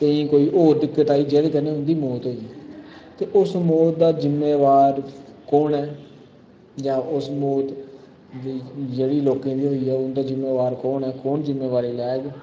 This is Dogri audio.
केइयें कोई और दिक्कत आई जेह्दे कन्नै उं'दी मौत होइयी ते उस मौत दा जिम्मेवार कौन ऐ जां उस मौत दी जेह्ड़ी लोके दी होई ऐ उंदा जिम्मेवार कौन ऐ कौन जिम्मेवारी लैग